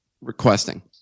requesting